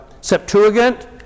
Septuagint